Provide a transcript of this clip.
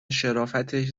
شرافتش